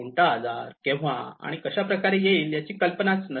कोणता आजार केव्हा आणि कशा प्रकारे येईल त्याबद्दल कल्पना नसते